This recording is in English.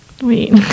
Wait